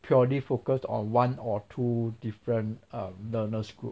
purely focused on one or two different mm learner school